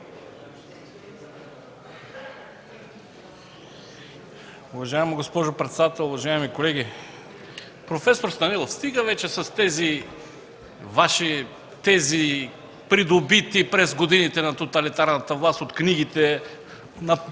Уважаема госпожо председател, уважаеми колеги! Професор Станилов, стига вече с тези Ваши тези, придобити в годините на тоталитарната власт от книгите, написани